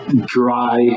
dry